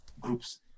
groups